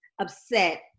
upset